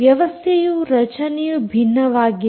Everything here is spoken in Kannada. ವ್ಯವಸ್ಥೆಯ ರಚನೆಯು ಭಿನ್ನವಾಗಿದೆ